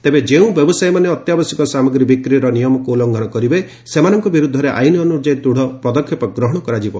ତେବେ ଯେଉଁ ବ୍ୟବସାୟୀମାନେ ଅତ୍ୟାବଶ୍ୟକ ସାମଗ୍ରୀ ବିକ୍ରିର ନିୟମକୁ ଉଲ୍ଲୁଙ୍ଘନ କରିବେ ସେମାନଙ୍କ ବିରୁଦ୍ଧରେ ଆଇନ୍ ଅନୁଯାୟୀ ଦୂଢ଼ ପଦକ୍ଷେପ ଗ୍ରହଣ କରାଯିବ